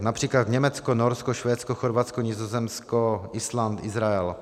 Například Německo, Norsko, Švédsko, Chorvatsko, Nizozemsko, Island, Izrael.